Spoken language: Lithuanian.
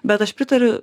bet aš pritariu